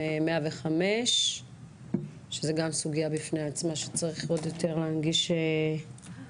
105 שזאת גם סוגיה בפני עצמה שצריך להנגיש לילדים.